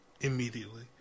immediately